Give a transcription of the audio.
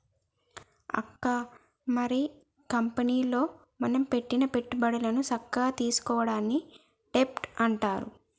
అక్క మరి కంపెనీలో మనం పెట్టిన పెట్టుబడులను సక్కగా తీసుకోవడాన్ని డెబ్ట్ అంటారు